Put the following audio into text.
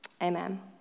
Amen